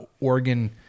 Oregon